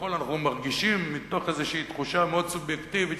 כביכול אנחנו מרגישים מתוך איזושהי תחושה מאוד סובייקטיבית